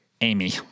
Amy